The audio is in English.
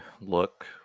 look